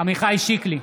עמיחי שיקלי,